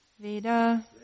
veda